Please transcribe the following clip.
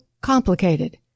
complicated